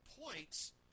points